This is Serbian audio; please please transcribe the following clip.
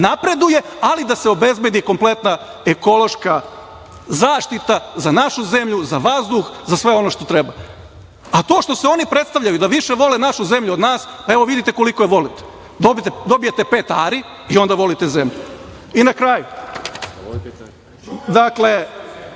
napreduje, ali da se obezbedi kompletna ekološka zaštita za našu zemlju, za vazduh, za sve ono što treba. To što se oni predstavljaju da više vole našu zemlju od nas, evo vidite koliko je vole. Dobijete pet ari i onda volite zemlju. Na kraju,